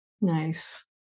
Nice